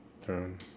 throne